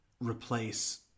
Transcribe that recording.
replace